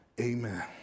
amen